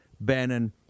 Bannon